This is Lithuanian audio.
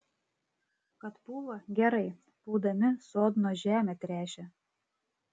kad pūva gerai pūdami sodno žemę tręšia